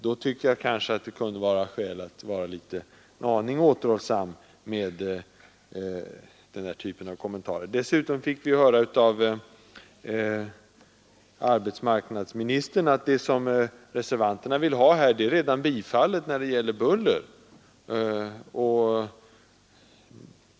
Då tycker jag det kunde finnas skäl att vara en liten aning återhållsam med denna typ av kommentarer. Dessutom fick vi höra av arbetsmarknadsministern att det som reservanterna vill ha redan har införts när det gäller buller.